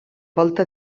volta